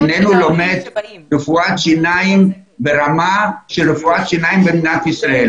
לא לומד רפואת שיניים ברמה של רפואת שיניים במדינת ישראל.